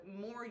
more